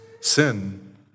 sin